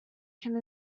can